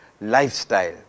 lifestyle